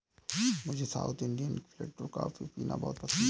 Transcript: मुझे south Indian filter coffee पीना बहुत पसंद है